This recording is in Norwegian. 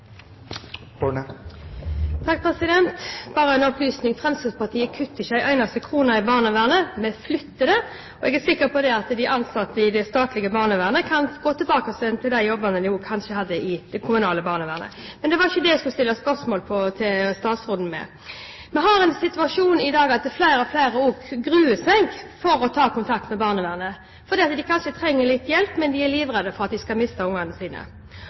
Bare en opplysning: Fremskrittspartiet kutter ikke én eneste krone i barnevernet, vi flytter på det. Og jeg er sikker på at de ansatte i det statlige barnevernet kan gå tilbake til de jobbene som de kanskje hadde i det kommunale barnevernet. Men det var ikke det jeg skulle stille spørsmål om til statsråden. Vi har en situasjon i dag der flere og flere gruer seg for å ta kontakt med barnevernet, fordi de kanskje trenger litt hjelp, men de er livredde for at de skal miste barna sine.